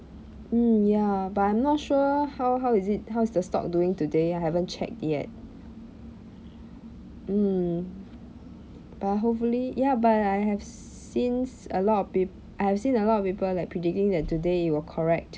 mm ya but I'm not sure how how is it how is the stock doing today I haven't check yet mm but hopefully ya but I have since a lot of peop~ I have seen a lot of people like predicting that today it will correct